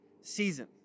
season